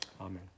Amen